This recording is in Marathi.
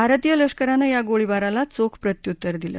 भारतीय लष्करानं या गोळीबाराला चोख प्रत्युत्तर दिलं